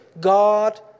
God